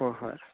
ꯍꯣꯏ ꯍꯣꯏ